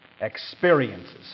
experiences